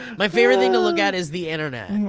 my favorite thing to look at is the internet. and